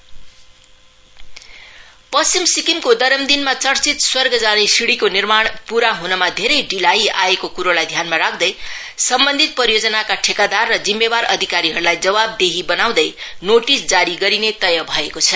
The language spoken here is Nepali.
स्टेयर वे टू हेभन पश्चिम सिक्किमको दरमदीनमा चर्चित स्वर्ग जाने सिढीको निर्माण पूरा ह्नमा धेरै ढिलाई आएको कुरोलाई ध्यानमा राख्दै सम्बन्धित परियोजनाका ठेकादार र जिम्मेवार अधिकारीहरूलाई जवाबदेही बताउँदै नोटिस जारी गरिने तय गरिएको छ